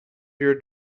your